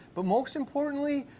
but most importantly,